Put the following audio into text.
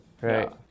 Right